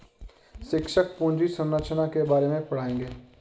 शिक्षक पूंजी संरचना के बारे में पढ़ाएंगे